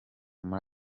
muri